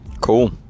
cool